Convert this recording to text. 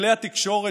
בכלי התקשורת,